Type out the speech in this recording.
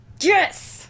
Yes